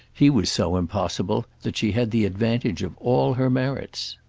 he was so impossible that she had the advantage of all her merits.